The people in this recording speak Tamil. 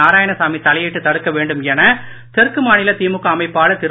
நாராயணசாமி தலையிட்டு தடுக்க வேண்டும் என தெற்கு மாநில திமுக அமைப்பாளர் திரு